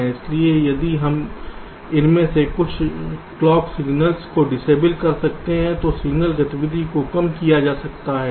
इसलिए यदि हम इनमें से कुछ क्लॉक सिगनल्स को डिसएबल कर सकते हैं तो सिग्नल गतिविधि को कम किया जा सकता है